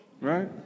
right